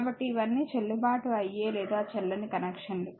కాబట్టి ఇవన్నీ చెల్లుబాటు అయ్యే లేదా చెల్లని కనెక్షన్లు